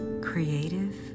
creative